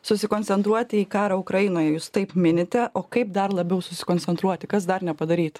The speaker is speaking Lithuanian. susikoncentruoti į karą ukrainoje jūs taip minite o kaip dar labiau susikoncentruoti kas dar nepadaryta